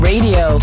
Radio